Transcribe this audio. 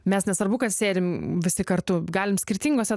mes nesvarbu kad sėdim visi kartu galime skirtingose